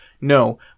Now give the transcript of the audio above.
No